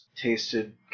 tasted